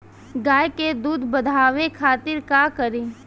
गाय के दूध बढ़ावे खातिर का करी?